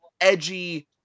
edgy